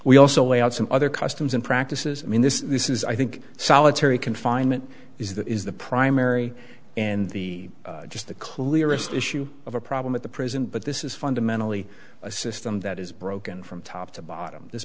we also lay out some other customs and practices i mean this is i think solitary confinement is that is the primary and the just the clearest issue of a problem at the prison but this is fundamentally a system that is broken from top to bottom this